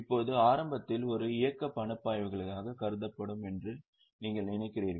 இப்போது ஆரம்பத்தில் ஒரு இயக்க பணப்பாய்வுகளாக கருதப்படும் என்று நீங்கள் நினைக்கிறீர்கள்